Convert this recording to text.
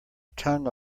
tongue